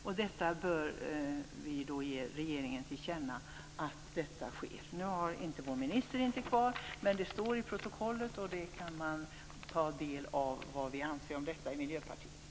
Att så skall ske bör vi ge regeringen till känna. Ministern är inte kvar, men det står i protokollet, där man kan ta del av vad vi i Miljöpartiet anser om detta.